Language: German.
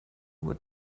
nur